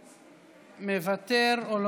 מוותר, לא